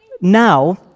now